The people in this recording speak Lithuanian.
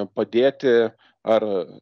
padėti ar